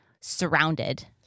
surrounded